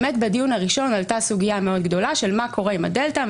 מה קורה עם הדלתא.